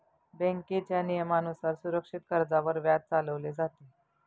बँकेच्या नियमानुसार सुरक्षित कर्जावर व्याज चालवले जाते